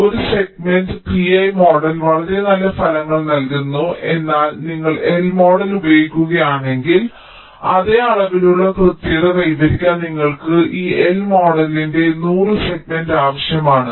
അതിനാൽ ഒരു 3 segment Pi model വളരെ നല്ല ഫലങ്ങൾ നൽകുന്നു എന്നാൽ നിങ്ങൾ L മോഡൽ ഉപയോഗിക്കുകയാണെങ്കിൽ അതേ അളവിലുള്ള കൃത്യത കൈവരിക്കാൻ നിങ്ങൾക്ക് ഈ L മോഡലിന്റെ 100 സെഗ്മെന്റ് ആവശ്യമാണ്